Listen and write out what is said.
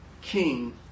king